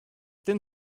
then